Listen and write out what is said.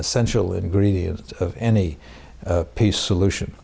essential ingredient of any peace solution